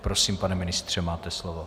Prosím, pane ministře, máte slovo.